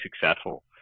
successful